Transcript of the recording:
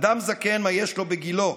מה יש לו בגילו?